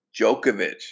Djokovic